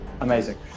Amazing